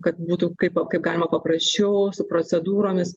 kad būtų kaip galima paprasčiau su procedūromis